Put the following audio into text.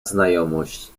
znajomość